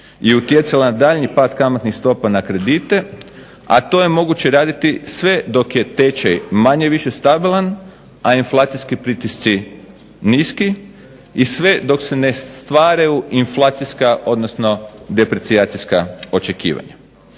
i utjecala na daljnji pad kamatnih stopa na kredite, a to je moguće raditi sve dok je tečaj manje-više stabilan, a inflacijskih pritisci niski i sve dok se ne stvaraju inflacijska odnosno deprecijacijska očekivanja.